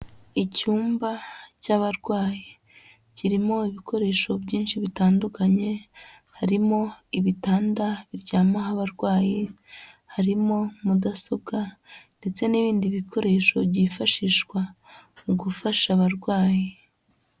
Icyumba cy'abarwayi kirimo ibikoresho byinshi bitandukanye, harimo ibitanda biryamaho abarwayi, harimo mudasobwa ndetse n'ibindi bikoresho byifashishwa mu gufasha abarwayi.